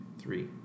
three